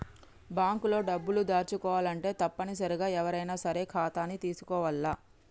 bank లో డబ్బులు దాచుకోవాలంటే తప్పనిసరిగా ఎవ్వరైనా సరే ఖాతాని తీసుకోవాల్ల